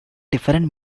different